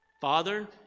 Father